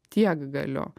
tiek galiu